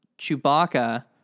Chewbacca